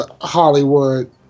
Hollywood